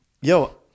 yo